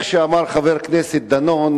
כפי שאמר חבר הכנסת דנון,